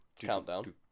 Countdown